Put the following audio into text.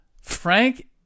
Frank